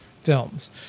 films